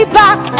back